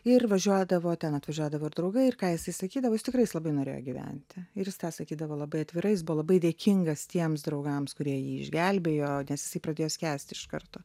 ir važiuodavo ten atvažiuodavo ir draugai ir ką jisai sakydavo jis tikrai jis labai norėjo gyventi ir jis tą sakydavo labai atvirai jis buvo labai dėkingas tiems draugams kurie jį išgelbėjo nes jisai pradėjo skęst iš karto